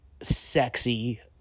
sexy